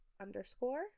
underscore